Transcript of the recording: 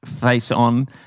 face-on